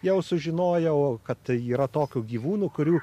jau sužinojau kad yra tokių gyvūnų kurių